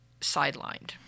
sidelined